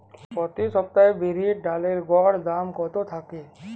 প্রতি সপ্তাহে বিরির ডালের গড় দাম কত থাকে?